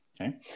Okay